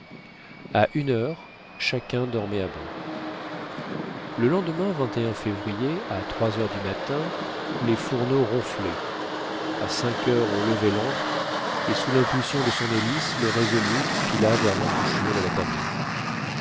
a une heure chacun dormait à bord le lendemain février à trois heures du matin les fourneaux ronflaient à cinq heures on levait l'ancre et sous l'impulsion de son hélice le resolute fila vers l'embouchure de la tamise